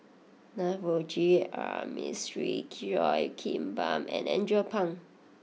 Navroji R Mistri Cheo Kim Ban and Andrew Phang